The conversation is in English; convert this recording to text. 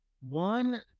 One